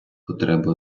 потреба